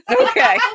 okay